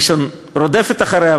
ראשון-לציון רודפת אחריה,